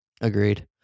Agreed